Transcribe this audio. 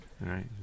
right